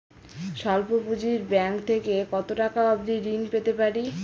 স্বল্প পুঁজির ব্যাংক থেকে কত টাকা অবধি ঋণ পেতে পারি?